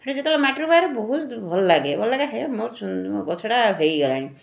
ସେ ଯେତେବେଳେ ମାଟିରୁ ବାହାରେ ବହୁତ ଭଲ ଲାଗେ ଭଲ ଲାଗେ ହେ ମୋର ସୁ ମୋ ଗଛଟା ହେଇଗଲାଣି